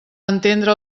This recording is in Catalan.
entendre